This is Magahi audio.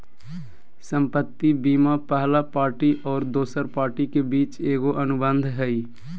संपत्ति बीमा पहला पार्टी और दोसर पार्टी के बीच एगो अनुबंध हइ